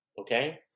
Okay